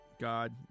God